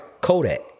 Kodak